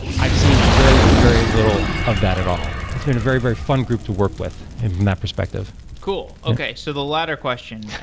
i've seen very, very little of that at all. it's been a very, very fun group to work with in that perspective cool. okay. so the latter question,